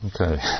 Okay